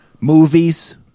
movies